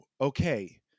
okay